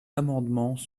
amendements